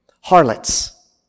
Harlots